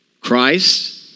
Christ